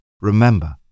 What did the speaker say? remember